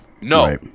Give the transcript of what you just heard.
No